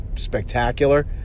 spectacular